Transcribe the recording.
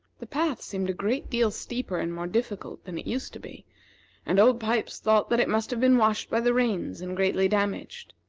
the path seemed a great deal steeper and more difficult than it used to be and old pipes thought that it must have been washed by the rains and greatly damaged.